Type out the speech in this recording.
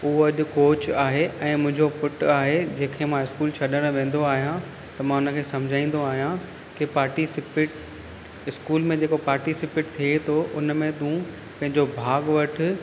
उहो अॼु कोच आहे ऐं मुंहिंजो पुटु आहे जेके मां स्कूल छॾणु वेंदो आहियां त मां उन खे सम्झाईंदो आहियां की पाटिसीपेट स्कूल में जेको पाटिसीपेट थिए थो उन में तूं पंहिंजो भाग वठि